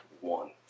one